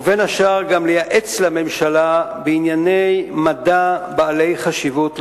ובין השאר גם לייעץ לממשלה בענייני מדע בעלי חשיבות לאומית.